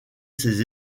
ses